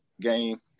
game